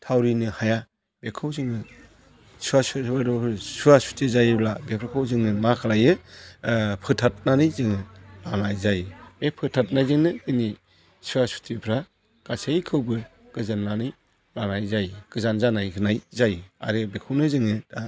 थावरिनो हाया बैखौ जोङो सुवा सुतिफोरखौ सुवा सुति जायोब्ला बेफोरखौ जोङो मा खालामो फोथाबनानै जोङो लानाय जायो बे फोथाबनायजोंनो जोंनि सुवा सुतिफोरा गासैखौबो गोजोननानै लानाय जायो गोजान जानाय होनाय जायो आरो बेखौनो जोङो दा